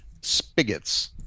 spigots